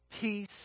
peace